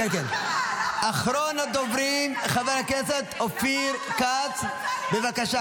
אחרון הדוברים, חבר הכנסת אופיר כץ, בבקשה.